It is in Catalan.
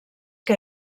que